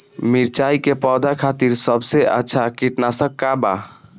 मिरचाई के पौधा खातिर सबसे अच्छा कीटनाशक का बा?